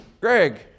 Greg